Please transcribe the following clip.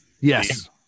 Yes